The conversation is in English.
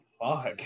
Fuck